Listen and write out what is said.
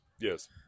Yes